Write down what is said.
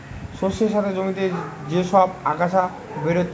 শস্যের সাথে জমিতে যে সব আগাছা বেরাচ্ছে